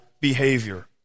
behavior